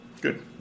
Good